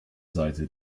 seite